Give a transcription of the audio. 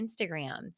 Instagram